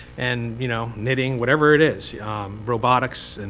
and you know knitting whatever it is yeah um robotics, and